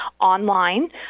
online